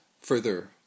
further